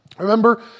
Remember